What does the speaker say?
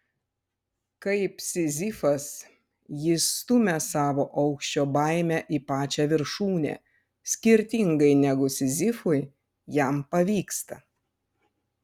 kaip sizifas jis stumia savo aukščio baimę į pačią viršūnę skirtingai negu sizifui jam pavyksta